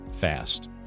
fast